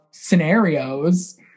scenarios